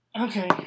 Okay